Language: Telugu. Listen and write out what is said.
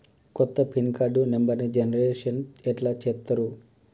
కొత్త పిన్ కార్డు నెంబర్ని జనరేషన్ ఎట్లా చేత్తరు?